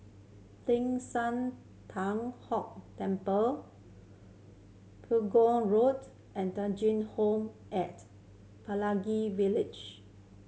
Teng San Hock Temple Pegu Road and Home at Pelangi Village